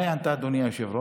מה היא ענתה, אדוני היושב-ראש?